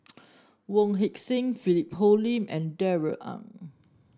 Wong Heck Sing Philip Hoalim and Darrell Ang